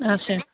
اَچھا